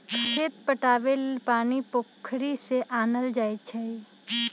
खेत पटाबे लेल पानी पोखरि से आनल जाई छै